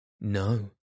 No